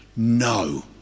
No